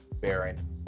Baron